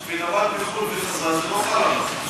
ולמד בחו"ל וחזר, זה לא חל עליו.